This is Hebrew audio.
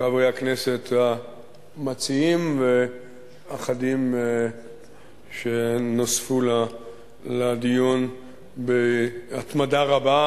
חברי הכנסת המציעים ואחדים שנוספו לדיון בהתמדה רבה,